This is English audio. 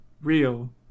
real